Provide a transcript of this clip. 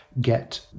get